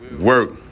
work